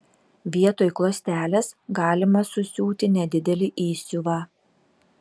vietoj klostelės galima susiūti nedidelį įsiuvą